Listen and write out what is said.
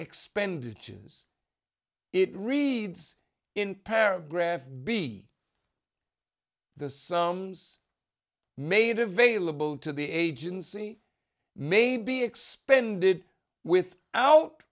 expenditures it reads in paragraph be the sum made available to the agency may be expended with out